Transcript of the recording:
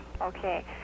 okay